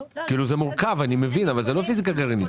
אני מבין, זה מורכב, אבל זאת לא פיסיקה גרעינית.